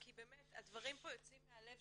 קודם כל הם צריכים להוכיח שהם לא חשודים.